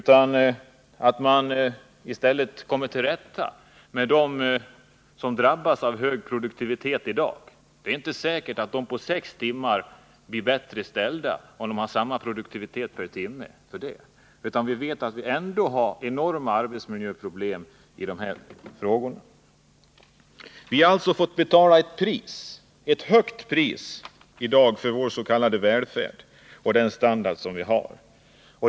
Man bör i stället med hjälp av arbetstidsförkortningen försöka komma till rätta med de problem som sammanhänger med att många drabbas av dagens höga produktivitet. Det är inte säkert att deras situation förbättras genom att arbetsdagen förkortas till sex timmar, om man av dem kräver samma produktivitet per timme som tidigare, utan vi vet att det i sådana fall finns enorma arbetsmiljöproblem även av annat slag. Vi har fått betala ett högt pris för vår s.k. välfärd och för den standard vi har.